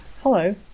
Hello